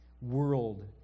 world